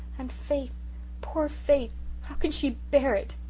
and faith poor faith how can she bear it?